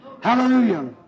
hallelujah